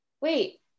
wait